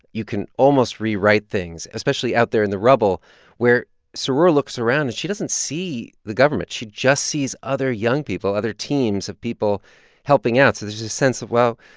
you can almost rewrite things, especially out there in the rubble where sorur looks around and she doesn't see the government. she just sees other young people other teams of people helping out. so there's a sense of, well,